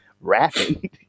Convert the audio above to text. rapping